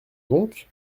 donc